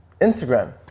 Instagram